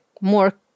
more